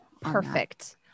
Perfect